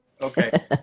Okay